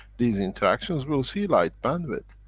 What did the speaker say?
these interactions, we'll see light bandwidth.